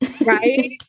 Right